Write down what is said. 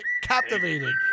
captivated